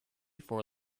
for